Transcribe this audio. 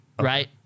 right